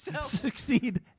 Succeed